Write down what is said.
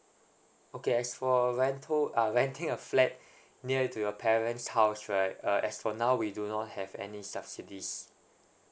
okay as for rental err renting a flat near to your parent's house right uh as for now we do not have any subsidies